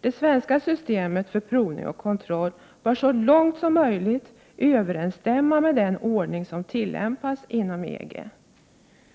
Det svenska systemet för provning och kontroll bör så långt som möjligt överensstämma med den ordning som tillämpas inom EG.